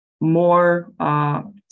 more